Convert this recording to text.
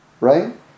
right